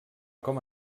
com